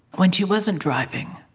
when she wasn't driving?